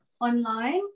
online